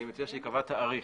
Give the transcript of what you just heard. אני מציע שייקבע תאריך,